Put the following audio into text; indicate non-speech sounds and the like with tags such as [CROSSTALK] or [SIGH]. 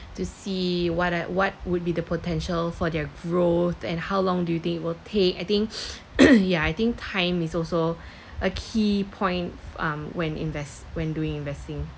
to see what are what would be the potential for their growth and how long do they will take I think [BREATH] [COUGHS] ya I think time is also [BREATH] a key point um when invest when doing investing